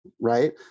right